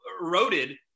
eroded